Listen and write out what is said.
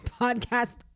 podcast